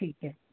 ठीक है